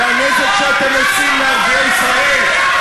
והנזק שאתם עושים לערביי ישראל,